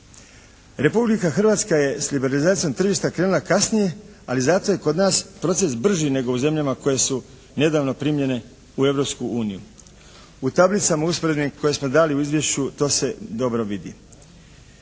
Republika Hrvatska je liberalizacijom tržišta krenula kasnije ali zato je kod nas proces brži nego u zemljama koje su nedavno primljene u Europsku uniju. U tablicama usporednim koje smo dali u izvješću to se dobro vidi.